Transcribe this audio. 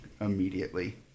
immediately